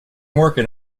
working